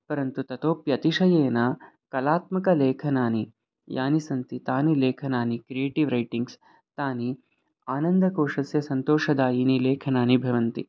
परन्तु ततोप्यतिशयेन कलात्मकलेखनानि यानि सन्ति तानि लेखनानि क्रियेटिव् रैटिङ्ग्स् तानि आनन्दकोशस्य सन्तोषदायीनि लेखनानि भवन्ति